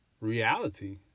reality